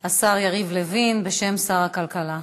השר יריב לוין בשם שר הכלכלה.